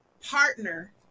partner